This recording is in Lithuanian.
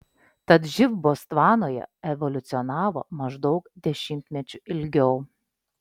tad živ botsvanoje evoliucionavo maždaug dešimtmečiu ilgiau